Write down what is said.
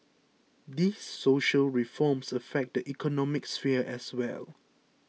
these social reforms affect the economic sphere as well